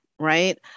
Right